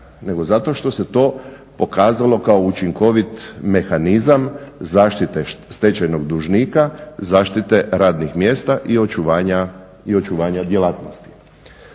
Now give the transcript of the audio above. nego zato što se to pokazalo kao učinkovit mehanizam zaštite stečajnog dužnika, zaštite radnih mjesta i očuvanja djelatnosti.